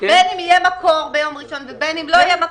בין אם יהיה מקור ביום ראשון הקרוב ובין אם לאו,